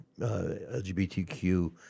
lgbtq